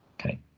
Okay